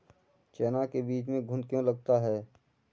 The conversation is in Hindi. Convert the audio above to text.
चना के बीज में घुन क्यो लगता है?